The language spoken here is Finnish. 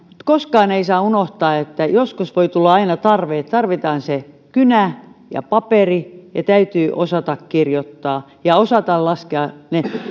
koskaan ei saa unohtaa että joskus voi tulla tarve että tarvitaan se kynä ja paperi ja täytyy osata kirjoittaa ja osata laskea